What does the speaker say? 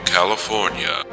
California